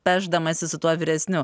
pešdamasi su tuo vyresniu